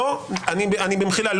במחילה,